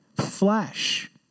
flesh